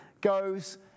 goes